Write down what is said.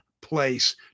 place